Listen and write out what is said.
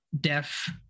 deaf